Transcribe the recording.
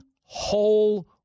whole